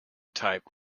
type